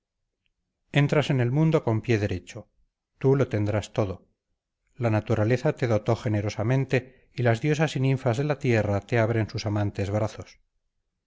entras en el mundo con pie derecho tú lo tendrás todo la naturaleza te dotó generosamente y las diosas y ninfas de la tierra te abren sus amantes brazos